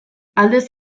aldez